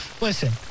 listen